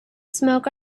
smoke